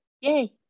yay